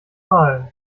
mal